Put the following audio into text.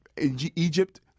Egypt